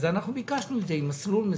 ואנחנו ביקשנו את זה עם מסלול מסוים.